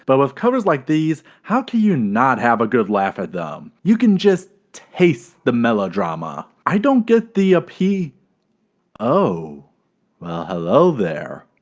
but with covers like these, how can you not have a good laugh at them? you can just taste the melodrama. i don't get the appe, oh. well hello there.